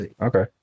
Okay